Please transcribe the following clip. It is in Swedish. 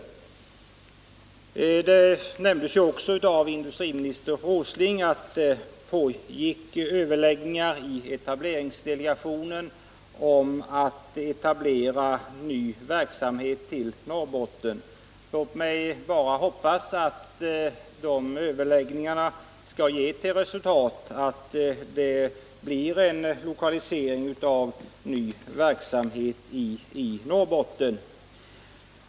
5 Det nämndes ju också av industriminister Åsling att det pågår överläggningar i etableringsdelegationen om att etablera ny verksamhet i Norrbotten. Låt mig bara hoppas att dessa överläggningar skall ge till resultat att det blir en lokalisering av ny verksamhet i Norrbotten.